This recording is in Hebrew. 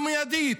ומיידית.